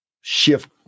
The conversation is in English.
shift